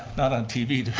not on tv,